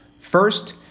First